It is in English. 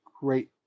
great